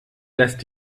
lässt